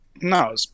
No